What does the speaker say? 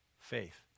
faith